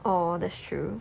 oh that's true